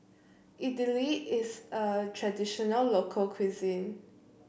Idili is a traditional local cuisine